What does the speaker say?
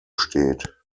steht